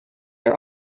are